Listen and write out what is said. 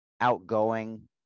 outgoing